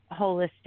holistic